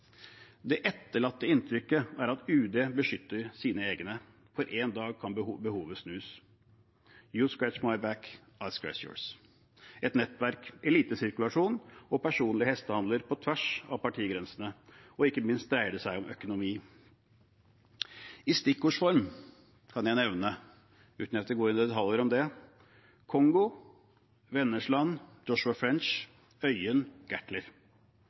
Det etterlatte inntrykket er at UD beskytter sine egne, for én dag kan behovet snus. «You scratch my back, I’ll scratch yours» – nettverk, elitesirkulasjon og personlige hestehandler på tvers av partigrensene. Ikke minst dreier det seg om økonomi. I stikkords form kan jeg nevne, uten at jeg skal gå i detaljer om det, Kongo, Wennesland, Joshua French, Øyen, Gertler.